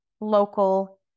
local